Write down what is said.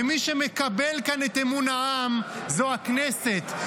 ומי שמקבל כאן את אמון העם זו הכנסת,